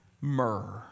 myrrh